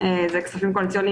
זה חשוב לדעת.